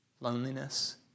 loneliness